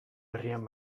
herrian